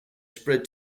spread